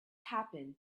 happened